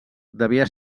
devia